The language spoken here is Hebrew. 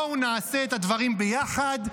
בואו נעשה את הדברים ביחד.